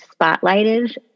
spotlighted